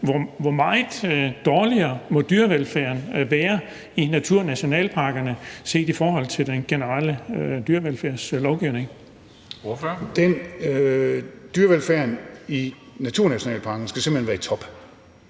Hvor meget dårligere må dyrevelfærden være i naturnationalparkerne set i forhold til den generelle dyrevelfærdslovgivning? Kl. 16:16 Formanden (Henrik Dam Kristensen):